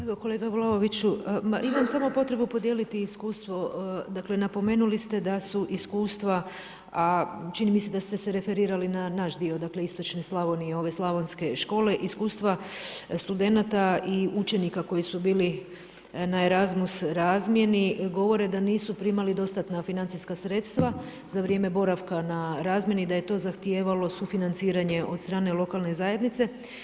Evo kolega Vlaoviću, ma imam samo potrebu podijeliti iskustvo, dakle napomenuli ste da su iskustva a čini mi se da ste se referirali na naš dio, dakle istočne Slavonije, ove slavonske škole, iskustva studenata i učenika koji su bili na ERASMUS razmjeni govore da nisu primali dostatna financijska sredstva za vrijeme boravka na razmjeni, da je to zahtijevalo sufinanciranje od strane lokalne zajednice.